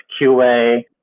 QA